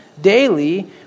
daily